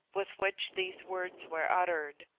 with which these words were uttered,